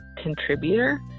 contributor